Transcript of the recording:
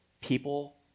People